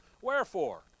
Wherefore